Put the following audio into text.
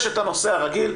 יש את הנושא הרגיל,